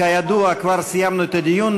כידוע, כבר סיימנו את הדיון.